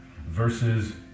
versus